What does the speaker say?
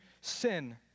sin